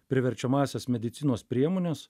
priverčiamąsias medicinos priemones